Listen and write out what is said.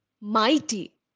mighty